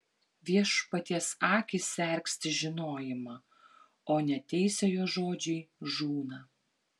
viešpaties akys sergsti žinojimą o neteisiojo žodžiai žūna